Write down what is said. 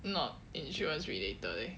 not insurance related eh